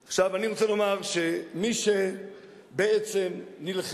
עכשיו, אני רוצה לומר שמי שבעצם נלחמה,